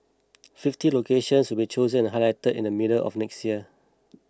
fifty locations will chosen and highlighted in the middle of next year